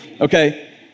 Okay